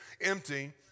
empty